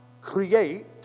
create